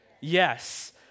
Yes